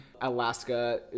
Alaska